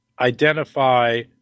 identify